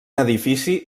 edifici